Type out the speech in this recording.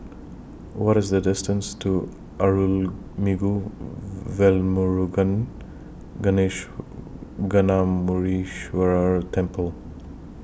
What IS The distance to Arulmigu Velmurugan Gnanamuneeswarar Temple